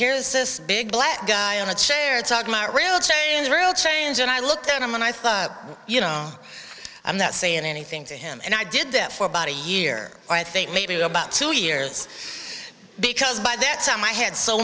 here's this big black guy on a chair talking about real change real change and i looked at him and i thought you know i'm not saying anything to him and i did that for about a year i think maybe about two years because by that time i had so